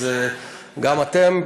גם אתם,